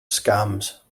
scams